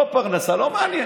לא פרנסה, לא מעניין.